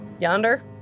Yonder